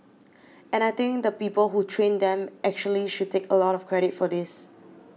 and I think the people who trained them actually should take a lot of credit for this